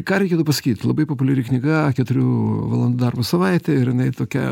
ką reikėtų pasakyt labai populiari knyga keturių valandų darbo savaitė ir jinai tokia